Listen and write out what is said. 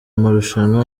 marushanwa